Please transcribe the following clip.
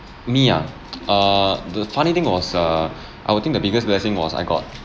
me ah err the funny thing was err I would think the biggest blessing was I got